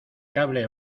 cable